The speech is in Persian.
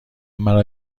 مرا